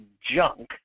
junk